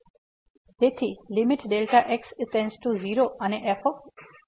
તેથી limit Δx → 0 અને f 1 Δx